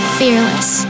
fearless